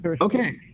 okay